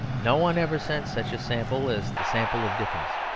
no one ever sent such a sample as the sample of dickens.